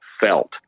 felt